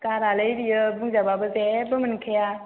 गारालै बियो बुंजाबाबो जेबो मोनखाया